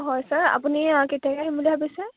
হয় ছাৰ আপুনি কেতিয়াকৈ আহিম বুলি ভাবিছে